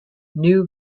new